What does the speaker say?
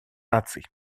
наций